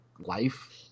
life